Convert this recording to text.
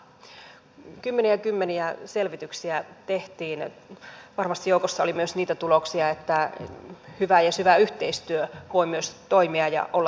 kymmeniä ja kymmeniä selvityksiä tehtiin ja varmasti joukossa oli myös niitä tuloksia että hyvä ja syvä yhteistyö voi myös toimia ja olla tuloksellinen